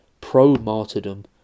pro-martyrdom